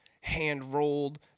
hand-rolled